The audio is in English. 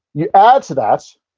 yeah add to that,